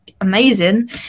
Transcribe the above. amazing